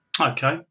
Okay